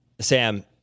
Sam